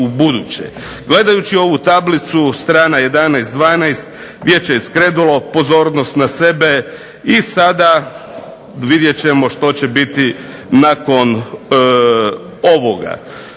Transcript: i ubuduće. Gledajući ovu tablicu, strana 11, 12, Vijeće je skrenulo pozornost na sebe i sada vidjet ćemo što će biti nakon ovoga.